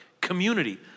community